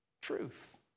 Truth